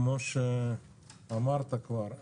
כמו שאמרת כבר,